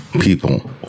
people